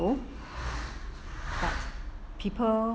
but people